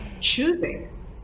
choosing